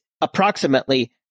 approximately